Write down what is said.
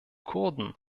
kurden